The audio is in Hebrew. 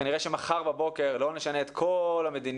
אז כנראה שמחר בבוקר לא נשנה את כל המדיניות.